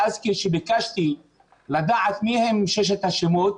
ואז כשביקשתי לדעת מיהם ששת השמות,